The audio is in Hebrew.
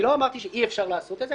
אני לא אמרתי שאי אפשר לעשות את זה,